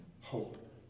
hope